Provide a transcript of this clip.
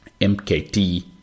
MKT